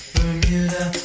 Bermuda